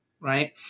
Right